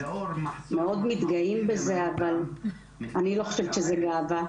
מאוד מתגאים בזה אבל אני לא חושבת שזו גאווה,